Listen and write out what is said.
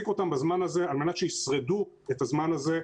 בזמן הזה על מנת שישרדו את הזמן הזה,